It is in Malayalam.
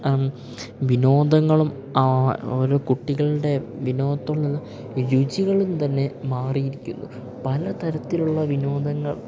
വിനോദങ്ങളും ഓരോ കുട്ടികളുടെ വിനോദത്തോടുള്ള രുചികളും തന്നെ മാറിയിരിക്കുന്നു പല തരത്തിലുള്ള വിനോദങ്ങൾ